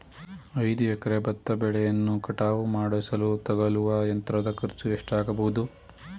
ಐದು ಎಕರೆ ಭತ್ತ ಬೆಳೆಯನ್ನು ಕಟಾವು ಮಾಡಿಸಲು ತಗಲುವ ಯಂತ್ರದ ಖರ್ಚು ಎಷ್ಟಾಗಬಹುದು?